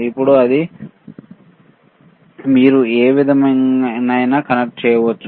ఇప్పుడు ఇది మీరు ఏ విధంగానైనా కనెక్ట్ చేయవచ్చు